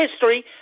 history